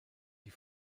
die